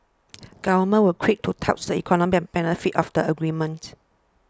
governments were quick to touts the economic benefits of the agreement